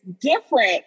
different